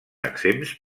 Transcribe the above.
exempts